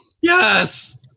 Yes